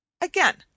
Again